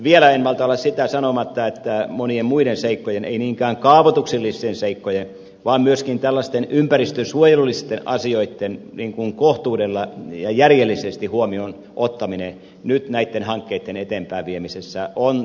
vielä en malta olla sitä sanomatta että monien muiden seikkojen ei niinkään kaavoituksellisten seikkojen vaan myöskin tällaisten ympäristönsuojelullisten asioitten kohtuudella ja järjellisesti huomioon ottaminen on nyt näitten hankkeitten eteenpäinviemisessä tärkeä asia